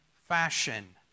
fashion